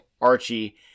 Archie